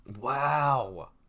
Wow